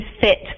fit